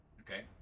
Okay